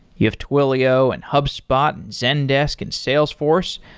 you have twilio, and hubspot, and zendesk, and salesforce.